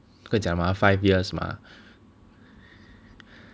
各家 mah five years mah